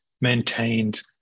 maintained